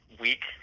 week